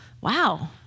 Wow